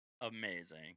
amazing